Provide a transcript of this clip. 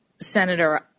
Senator